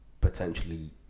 potentially